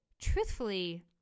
truthfully